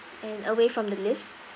and away from the lifts